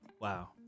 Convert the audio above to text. wow